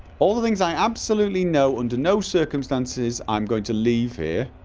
all the things i absolutely know under no circumstances i'm going to leave here